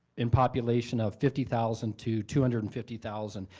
in population of fifty thousand to two hundred and fifty thousand.